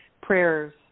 prayers